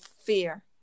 fear